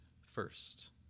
first